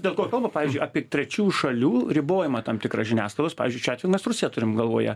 dėl to kalba pavyzdžiui apie trečių šalių ribojamą tam tikrą žiniasklaidos pavyzdžiui šiuo atveju mes rusiją turim galvoje